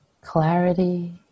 clarity